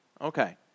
Okay